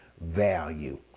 value